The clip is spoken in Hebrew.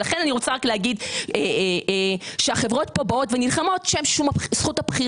ולכן אני רוצה רק להגיד שהחברות פה באות ונלחמות זכות הבחירה,